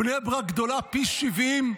בני ברק גדולה פי 70,